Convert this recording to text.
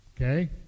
okay